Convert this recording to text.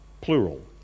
plural